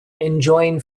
enjoying